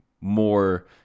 more